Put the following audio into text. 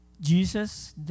Jesus